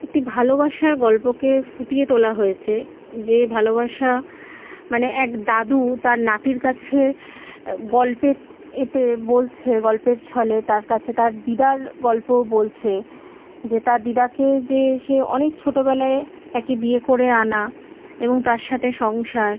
একটি ভালোবাসার গল্পকে ফুটিয়ে তোলা হয়েছে যে ভালোবাসা মানে এক দাদু তার নাতির কাছে গল্পের এতে বলছে গল্পের ছলে তার কাছে তার দিদার গল্প বলছে যে তার দিদাকে যে সে অনেক ছোটোবেলায় তাকে বিয়ে করে আনা এবং তার সাথে সংসার